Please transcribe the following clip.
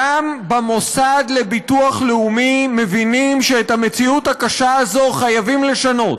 גם במוסד לביטוח לאומי מבינים שאת המציאות הקשה הזו חייבים לשנות.